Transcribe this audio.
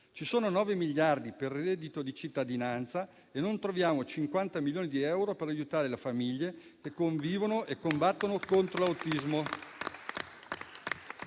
Ci sono 9 miliardi per il reddito di cittadinanza e non troviamo 50 milioni di euro per aiutare le famiglie che convivono e combattono contro l'autismo.